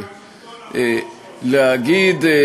שלטון החוק,